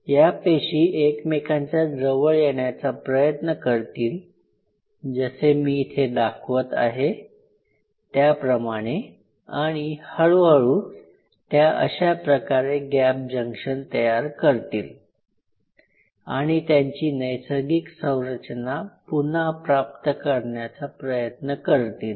या पेशी एकमेकांच्या जवळ येण्याचा प्रयत्न करतील जसे मी इथे दाखवत आहे त्याप्रमाणे आणि हळू हळू त्या अशा प्रकारे गॅप जंक्शन तयार करतील आणि त्यांची नैसर्गिक संरचना पुनः प्राप्त करण्याचा प्रयत्न करतील